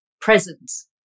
presence